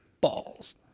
balls